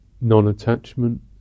non-attachment